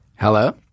Hello